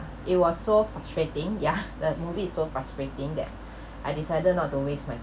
it was so frustrating yeah the movie is so frustrating that I decided not to waste my